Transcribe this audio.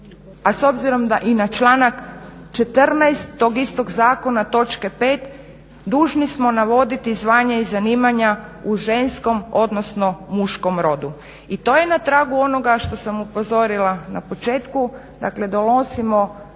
a s obzirom i na članak 14. tog istog zakona točke 5., dužni smo navoditi zvanje i zanimanja u ženskom odnosno muškom rodu. I to je na tragu onoga što sam upozorila na početku, dakle donosimo